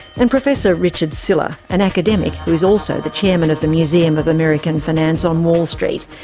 and professor richard sylla, an academic who is also the chairman of the museum of american finance on wall street.